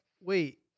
wait